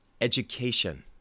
Education